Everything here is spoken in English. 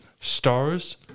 stars